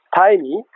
tiny